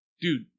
Dude